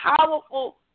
powerful